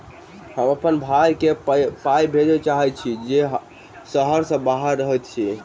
हम अप्पन भयई केँ पाई भेजे चाहइत छि जे सहर सँ बाहर रहइत अछि